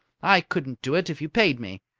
i couldn't do it if you paid me.